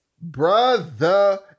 brother